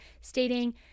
stating